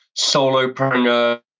solopreneur